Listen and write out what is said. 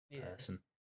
person